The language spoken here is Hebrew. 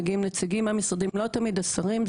מגיעים נציגים מהמשרדים לא תמיד השרים,